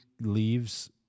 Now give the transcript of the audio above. leaves